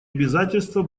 обязательства